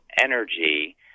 energy